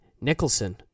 Nicholson